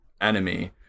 enemy